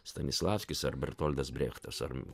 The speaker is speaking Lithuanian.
stanislavskis ar bertoldas brechtas ar